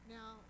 Now